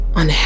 on